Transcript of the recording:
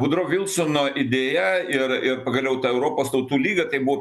vudro vilsono idėja ir ir pagaliau ta europos tautų lyga tai buvo